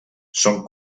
són